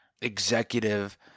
executive